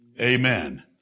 Amen